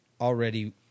Already